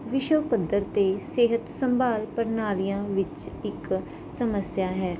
ਵਿਸ਼ਵ ਪੱਧਰ 'ਤੇ ਸਿਹਤ ਸੰਭਾਲ ਪ੍ਰਣਾਲੀਆਂ ਵਿੱਚ ਇੱਕ ਸਮੱਸਿਆ ਹੈ